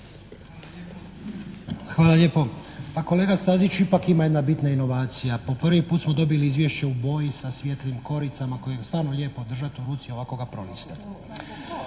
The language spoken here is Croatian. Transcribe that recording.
Hvala lijepo. Kolega Staziću ipak ima jedna bitna inovacija. Po prvi puta smo dobili izvješće u boji sa svijetlim koricama kojeg je stvarno lijepo držati u ruci i ovako ga prolistamo.